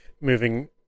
moving